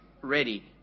ready